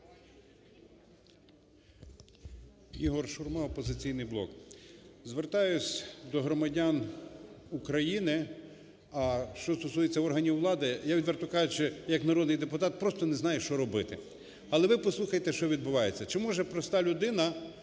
Ігор Шурма, "Опозиційний блок". Звертаюсь до громадян України. А що стосується органів влади, я відверто кажучи, як народний депутат просто не знаю, що робити. Але ви послухайте, що відбувається. Чи може проста людина